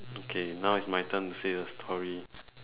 okay now it's my turn to say a story